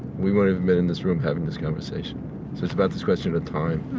we wouldn't have been in this room having this conversation. so it's about this question of time.